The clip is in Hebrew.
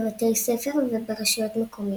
בבתי ספר וברשויות מקומיות.